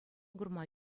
курма